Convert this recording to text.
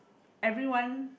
everyone